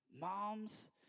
Moms